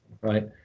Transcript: right